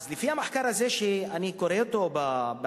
לפי המחקר הזה, שאני קורא בעיתון,